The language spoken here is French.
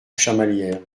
chamalières